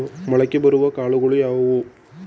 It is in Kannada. ಮೊಳಕೆ ಬರುವ ಕಾಳುಗಳು ಯಾವುವು?